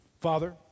Father